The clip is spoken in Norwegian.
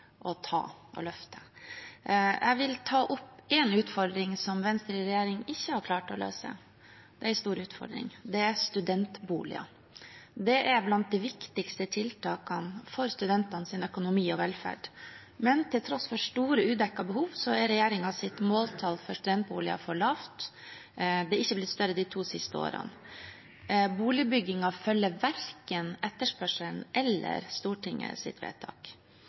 som er en stor utfordring, nemlig studentboliger. Det er blant de viktigste tiltakene for studentenes økonomi og velferd, men til tross for store udekkede behov er regjeringens måltall for studentboliger for lavt, og det er ikke blitt større de to siste årene. Boligbyggingen følger verken etterspørselen eller Stortingets vedtak.